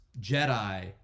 Jedi